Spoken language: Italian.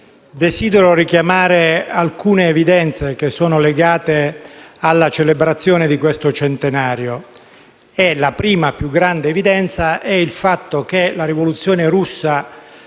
desidero richiamare alcune evidenze legate alla celebrazione di questo centenario. La prima più grande evidenza è il fatto che la Rivoluzione russa